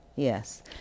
Yes